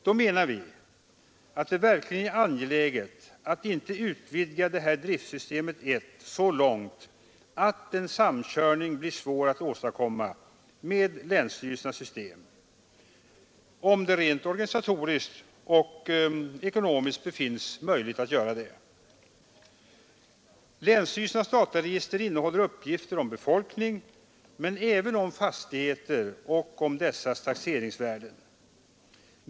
Då menar vi att det verkligen är angeläget att inte utvidga driftsystem 1 så långt att en samkörning med länsstyrelsernas system blir svår att åstadkomma, om en sådan rent organisatoriskt och ekonomiskt befinns möjlig. Länsstyrelsernas dataregister innehåller uppgifter om befolkning men även om fastigheter och dessas taxeringsvärden.